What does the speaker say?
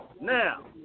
Now